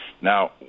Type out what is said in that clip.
Now